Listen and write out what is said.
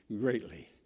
greatly